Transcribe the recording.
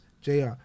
jr